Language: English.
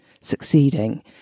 succeeding